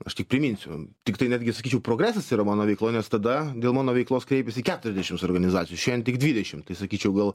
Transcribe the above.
aš tik priminsiu tiktai netgi sakyčiau progresas yra mano veikloj nes tada dėl mano veiklos kreipėsi keturiasdešimts organizacijų šiandien tik dvidešim tai sakyčiau gal